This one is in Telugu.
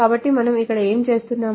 కాబట్టి మనము ఇక్కడ ఏమి చేస్తున్నాము